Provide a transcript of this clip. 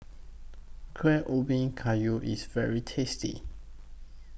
Kuih Ubi Kayu IS very tasty